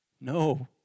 no